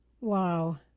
Wow